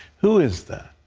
who is that?